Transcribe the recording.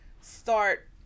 start